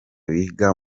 biga